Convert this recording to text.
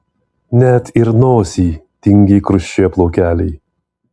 net ir nosyj tingiai krusčioja plaukeliai